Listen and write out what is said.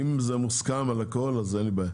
אם מוסכם על הכול אין לי בעיה.